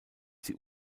sie